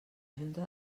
junta